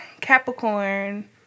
Capricorn